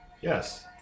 Yes